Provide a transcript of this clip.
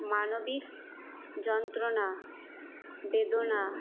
মানবিক যন্ত্রনা বেদনা